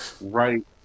Right